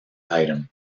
item